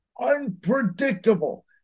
unpredictable